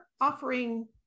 offering